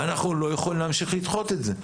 אנחנו לא יכולים להמשיך לדחות את זה.